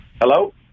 Hello